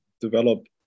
develop